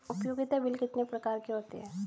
उपयोगिता बिल कितने प्रकार के होते हैं?